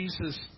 Jesus